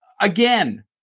Again